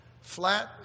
flat